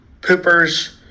poopers